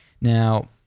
Now